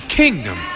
kingdom